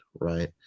right